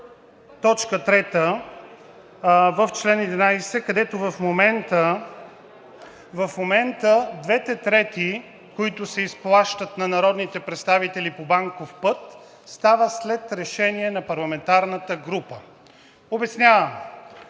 с т. 3 в чл. 11, където в момента двете трети, които се изплащат на народните представители по банков път, стават след решение на парламентарната група. Обяснявам: